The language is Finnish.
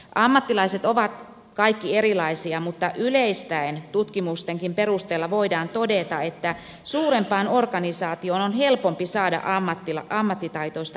ammattilaiset ovat kaikki erilaisia mutta yleistäen tutkimustenkin perusteella voidaan todeta että suurempaan organisaatioon on helpompi saada ammattitaitoista henkilökuntaa